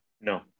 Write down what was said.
No